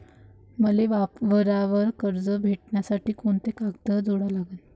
मले वावरावर कर्ज भेटासाठी कोंते कागद जोडा लागन?